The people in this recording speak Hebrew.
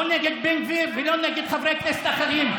לא נגד בן גביר ולא נגד חברי כנסת אחרים.